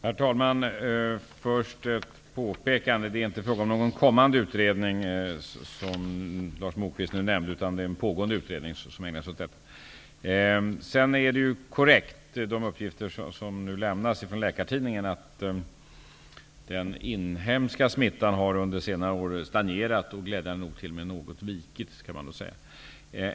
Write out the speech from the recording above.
Herr talman! Jag vill först påpeka att det inte är fråga om en kommande utredning, utan det är en pågående utredning som ägnar sig åt detta. Uppgifterna i Läkartidningen är korrekta, att den inhemska smittan under senare år har stagnerat och glädjande nog t.o.m. något avtagit.